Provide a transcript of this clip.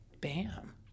Bam